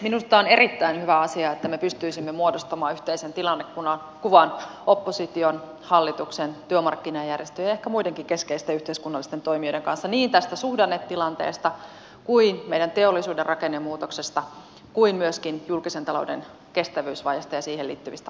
minusta on erittäin hyvä asia että me pystyisimme muodostamaan yhteisen tilannekuvan opposition hallituksen työmarkkinajärjestöjen ja ehkä muidenkin keskeisten yhteiskunnallisten toimijoiden kanssa niin tästä suhdannetilanteesta kuin meidän teollisuuden rakennemuutoksesta kuin myöskin julkisen talouden kestävyysvajeesta ja siihen liittyvistä haasteista